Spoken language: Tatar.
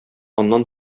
аннан